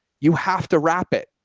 you have to wrap it.